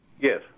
Yes